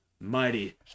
mighty